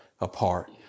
apart